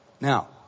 Now